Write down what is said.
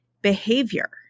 behavior